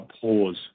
pause